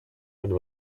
and